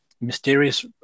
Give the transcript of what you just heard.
mysterious